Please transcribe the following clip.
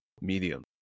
medium